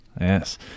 yes